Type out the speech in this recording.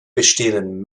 bestehenden